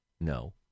No